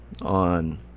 on